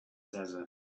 desert